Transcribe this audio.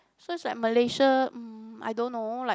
so it's like Malaysia mm I don't know like